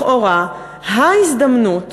לכאורה, ההזדמנות